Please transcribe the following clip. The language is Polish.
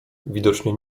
widocznie